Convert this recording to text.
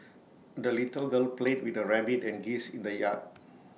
the little girl played with her rabbit and geese in the yard